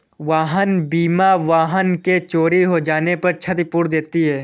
वाहन बीमा वाहन के चोरी हो जाने पर क्षतिपूर्ति देती है